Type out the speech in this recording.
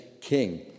king